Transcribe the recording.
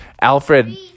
Alfred